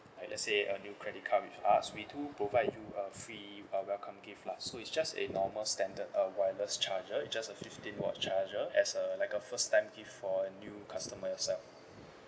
like let's say a new credit card with us we do provide you uh free uh welcome gift lah so it's just a normal standard uh wireless charger it's just a fifteen volt charger as uh like a first time gift for a new customers lah